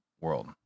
world